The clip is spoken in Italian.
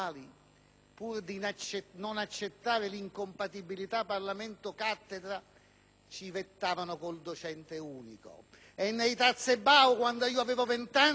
pur di non accettare l'incompatibilità Parlamento-cattedra, civettavano con il docente unico. E nei datzebao, quando avevo vent'anni,